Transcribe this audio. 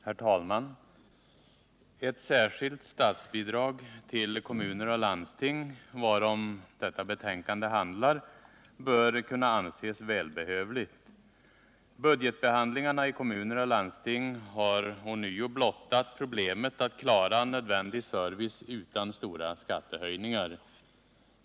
Herr talman! Ett särskilt statsbidrag till kommuner och landsting — varom detta betänkande handlar — bör kunna anses välbehövligt. Budgetbehandlingarna i kommuner och landsting har ånyo blottat problemet att klara nödvändig service utan stora skattehöjningar.